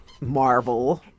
marvel